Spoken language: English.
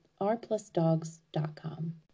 rplusdogs.com